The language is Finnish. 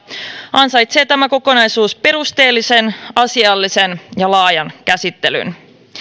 ansaitsee tämä kokonaisuus perusteellisen asiallisen ja laajan käsittelyn